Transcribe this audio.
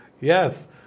yes